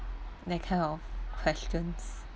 that kind of questions